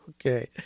Okay